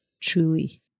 truly